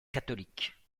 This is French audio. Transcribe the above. catholiques